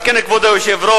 על כן, כבוד היושב-ראש,